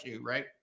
right